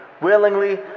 Willingly